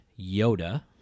Yoda